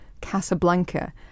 Casablanca